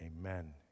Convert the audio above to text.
amen